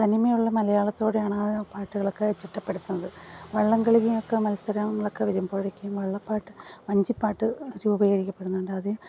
തനിമയുള്ള മലയാളത്തോടെയാണ് ആ പാട്ടുകളൊക്കെ ചിട്ടപ്പെടുത്തുന്നത് വള്ളംകളിയൊക്കെ മത്സരങ്ങളൊക്കെ വരുംമ്പോഴേക്കും വെള്ള പാട്ട് വഞ്ചിപ്പാട്ട് രൂപീകരിക്കപ്പെടുന്നുണ്ട് അത്